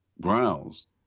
grounds